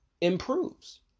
improves